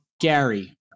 Gary